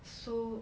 so